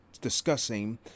discussing